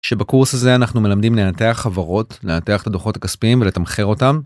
שבקורס הזה אנחנו מלמדים לנתח חברות לנתח את הדוחות הכספיים ולתמחר אותם.